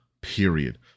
period